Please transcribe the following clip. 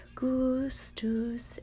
gustus